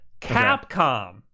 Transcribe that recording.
Capcom